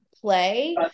play